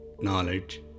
knowledge